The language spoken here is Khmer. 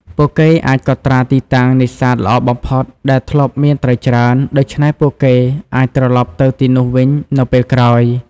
ពួកគេអាចកត់ត្រាទីតាំងនេសាទល្អបំផុត ដែលធ្លាប់មានត្រីច្រើន ដូច្នេះពួកគេអាចត្រឡប់ទៅទីនោះវិញនៅពេលក្រោយ។